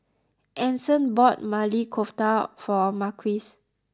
Anson bought Maili Kofta for Marquez